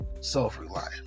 Self-reliant